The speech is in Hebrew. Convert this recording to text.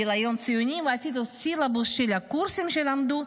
גיליון ציונים ואפילו סילבוס של הקורסים שלמדו.